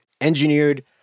engineered